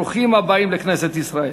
ברוכים הבאים לכנסת ישראל.